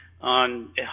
on